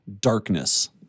darkness